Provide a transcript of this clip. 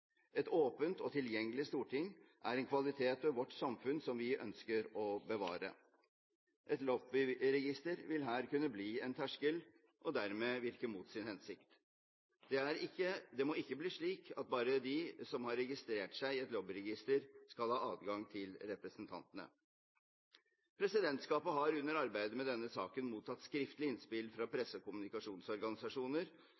Et åpent og tilgjengelig storting er en kvalitet ved vårt samfunn som vi ønsker å bevare. Et lobbyregister vil her kunne bli en terskel og dermed virke mot sin hensikt. Det må ikke bli slik at bare de som har registrert seg i et lobbyregister, skal ha adgang til representantene. Presidentskapet har under arbeidet med denne saken mottatt skriftlige innspill fra